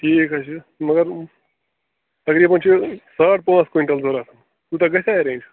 ٹھیٖک حظ چھُ مگر تقریٖباً چھِ ساڑ پانٛژھ کوینٹَل ضوٚرَتھ تیوٗتاہ گژھِ ہا ایرینٛج